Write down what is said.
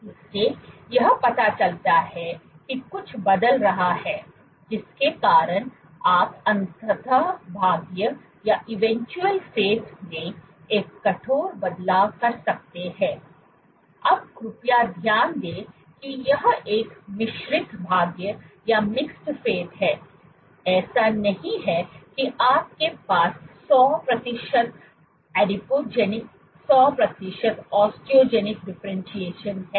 इससे यह पता चलता है कि कुछ बदल रहा है जिसके कारण आप अंततः भाग्य में एक कठोर बदलाव कर सकते हैं अब कृपया ध्यान दें कि यह एक मिश्रित भाग्य है ऐसा नहीं है कि आपके पास 100 प्रतिशत आदिपोजेनिक 100 प्रतिशत ओस्टोजेनिक डिफरेंटशिएशन है